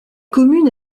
commune